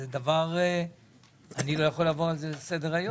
זה דבר שאני לא יכול לעבור על זה לסדר היום.